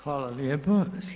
Hvala lijepa.